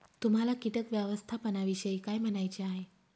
तुम्हाला किटक व्यवस्थापनाविषयी काय म्हणायचे आहे?